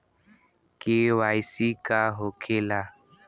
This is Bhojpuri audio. के.वाइ.सी का होखेला?